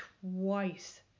twice